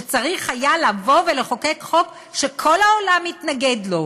שצריך היה לחוקק חוק שכל העולם יתנגד לו?